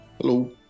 Hello